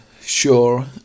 sure